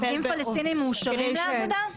עובדים פלסטינים מאושרים לעבודה?